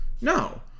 no